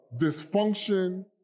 dysfunction